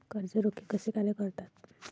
कर्ज रोखे कसे कार्य करतात?